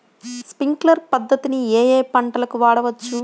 Sprinkler పద్ధతిని ఏ ఏ పంటలకు వాడవచ్చు?